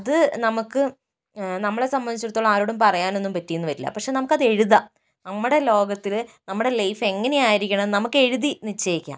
അത് നമുക്ക് നമ്മളെ സംബന്ധിച്ചെടുത്തോളം ആരോടും പറയാനൊന്നും പറ്റിയെന്ന് വരില്ല പക്ഷേ നമുക്കതെഴുതാം നമ്മുടെ ലോകത്തില് നമ്മടെ ലൈഫ് എങ്ങനെ ആയിരിക്കണം എന്ന് നമ്മക്ക് എഴുതി നിശ്ചയിക്കാം